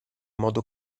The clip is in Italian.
modo